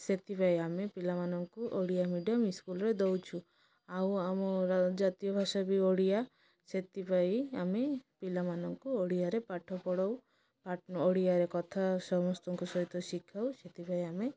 ସେଥିପାଇଁ ଆମେ ପିଲାମାନଙ୍କୁ ଓଡ଼ିଆ ମିଡ଼ିୟମ ଇସ୍କୁଲରେ ଦେଉଛୁ ଆଉ ଆମ ଜାତୀୟ ଭାଷା ବି ଓଡ଼ିଆ ସେଥିପାଇଁ ଆମେ ପିଲାମାନଙ୍କୁ ଓଡ଼ିଆରେ ପାଠ ପଢ଼ାଉ ପା ଓଡ଼ିଆରେ କଥା ସମସ୍ତଙ୍କ ସହିତ ଶିଖାଉ ସେଥିପାଇଁ ଆମେ